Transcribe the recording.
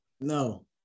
No